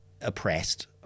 oppressed